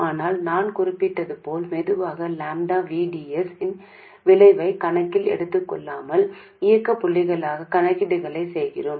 ஆனால் நான் குறிப்பிட்டது போல் பொதுவாக லாம்ப்டா V D S இன் விளைவைக் கணக்கில் எடுத்துக் கொள்ளாமல் இயக்கப் புள்ளிக் கணக்கீடுகளைச் செய்கிறோம்